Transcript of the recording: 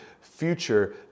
future